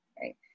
Right